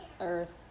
Earth